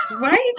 Right